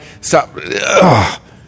Stop